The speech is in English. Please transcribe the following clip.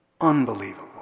Unbelievable